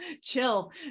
chill